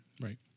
Right